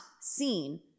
seen